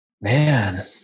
man